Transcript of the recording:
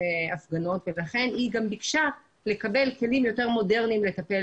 הפגנות ולכן היא גם ביקשה לקבל כלים יותר מודרניים לטפל